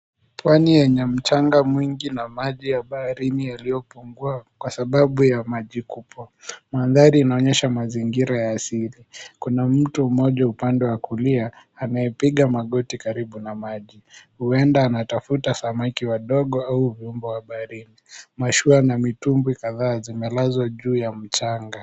Pwani yenye mchanga mwingi na maji ya baharini yaliyopungua kwa sababu ya maji kupoa. Mandhari inaonyesha mazingira ya asili. Kuna mtu mmoja upande wa kulia anayepiga magoti karibu na maji, huenda anatafuta samaki wadogo au viumbe wa baharini. Mashua na mitumbwi kadhaa zimelazwa juu ya mchanga.